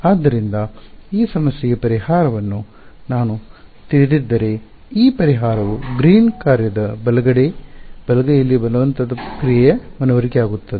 ಆದ್ದರಿಂದ ಈ ಸಮಸ್ಯೆಗೆ ಪರಿಹಾರವನ್ನು ನಾನು ತಿಳಿದಿದ್ದರೆ ಈ ಪರಿಹಾರವು ಗ್ರೀನ್ ಕಾರ್ಯದ ಬಲಗಡೆ ಬಲಗೈಯಲ್ಲಿ ಬಲವಂತದ ಕ್ರಿಯೆಯ ಮನವರಿಕೆಯಾಗುತ್ತದೆ